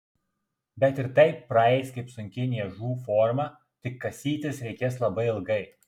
bet ir tai praeis kaip sunki niežų forma tik kasytis reikės labai ilgai